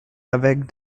avec